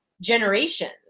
generations